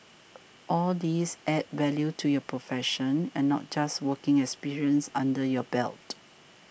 all these add value to your profession and not just working experience under your belt